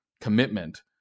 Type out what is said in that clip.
commitment